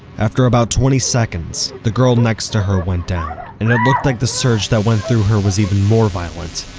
after about twenty seconds, the girl next to her went down, and it looked like the surge that went through her was even violent.